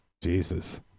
Jesus